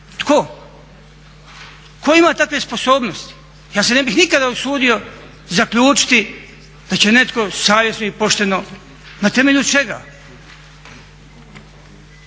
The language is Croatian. Tko? Tko ima takve sposobnosti? Ja se ne bih nikada usudio zaključiti da će netko savjesno i pošteno, na temelju čega?